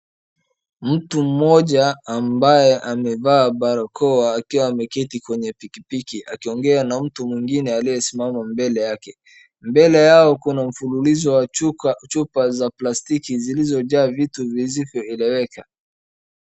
Mtu mmoja ambaye amevaa barakoa akiwa ameketi kwenye pikipiki akiongea na mtu mwingine aliye simama mbele yake. Mbele yao kuna mfululizo wa chupa za plastiki zilizojaa vitu visivyo eleweka.